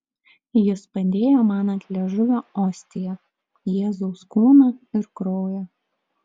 jis padėjo man ant liežuvio ostiją jėzaus kūną ir kraują